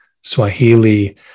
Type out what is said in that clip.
Swahili